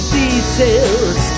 details